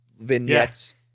vignettes